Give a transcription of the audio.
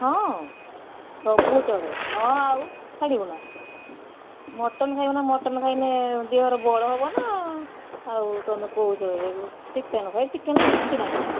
ହଁ ସବୁ ଚଳେ ହଁ ଆଉ ଛାଡ଼ିବୁନା ମଟନ୍ ଖାଇବନା ମଟନ୍ ଖାଇନେ ଦେହରେ ବଳ ହେବନା ଆଉ ତମେ କହୁଛ ଚିକେନ୍ ହଏ ଚିକେନ୍ ର କିଛିନାଇଁ